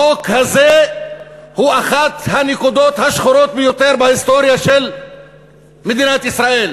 החוק הזה הוא אחת הנקודות השחורות יותר בהיסטוריה של מדינת ישראל.